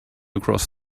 across